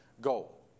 goal